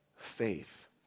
faith